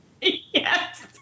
Yes